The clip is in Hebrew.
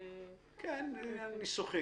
כן, זה ניסוחי.